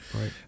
Right